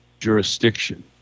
jurisdiction